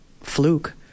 fluke